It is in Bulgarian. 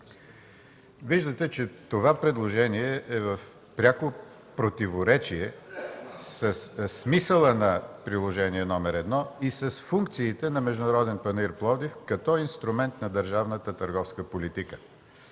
Виждате, че това предложение е в пряко противоречие със смисъла на Приложение № 1 и с функциите на „Международен панаир – Пловдив” като инструмент на държавната търговска политика.